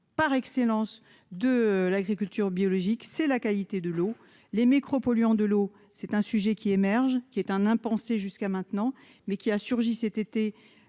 par excellence de l'agriculture biologique, c'est la qualité de l'eau, les micro-polluants de l'eau, c'est un sujet qui émerge, qui est un impensé jusqu'à maintenant mais qui a surgi cet été